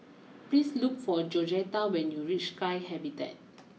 please look for Georgetta when you reach Sky Habitat